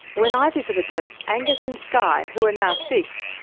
when i visited them, angus and skye, who are now six,